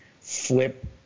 flip